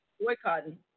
Boycotting